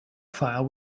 file